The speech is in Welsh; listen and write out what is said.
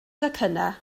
docynnau